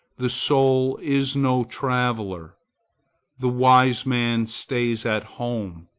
the soul is no traveller the wise man stays at home,